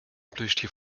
plüschtier